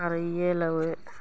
कराइए लेबय